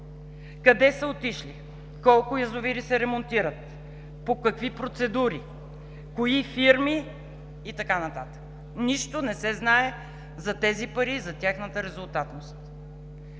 Къде са отишли? Колко язовира се ремонтират, по какви процедури? От кои фирми и така нататък? Нищо не се знае за тези пари, за тяхната резултатност.